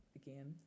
again